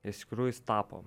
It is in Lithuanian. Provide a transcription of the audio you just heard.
iš tikrųjų jis tapo